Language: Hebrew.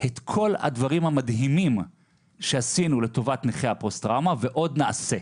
את כל הדברים המדהימים שעשינו לטובת נכי הפוסט טראומה ועוד נעשה.